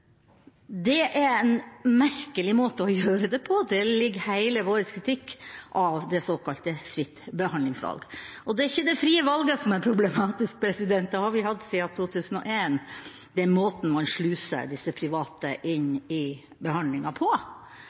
Det er en merkelig måte å gjøre det på. Der ligger hele vår kritikk av det såkalte fritt behandlingsvalg. Det er ikke det frie valget som er problematisk – det har vi hatt siden 2001 – men det er måten man sluser disse private inn i behandlingen på.